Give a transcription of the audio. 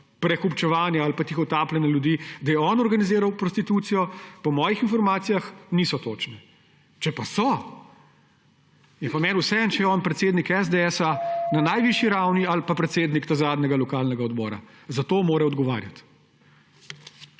prekupčevanja ali pa tihotapljenja ljudi, da je on organiziral prostitucijo, po mojih informacijah niso točne. Če so, je pa meni vseeno, ali je on predsednik SDS na najvišji ravni ali pa predsednik ta zadnjega lokalnega odbora, za to mora odgovarjati.